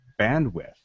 bandwidth